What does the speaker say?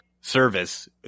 service